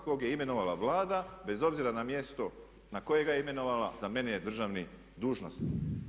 kog je imenovala Vlada bez obzira na mjesto na koje ga je imenovala za mene je državni dužnosnik.